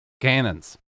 Cannons